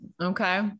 Okay